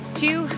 two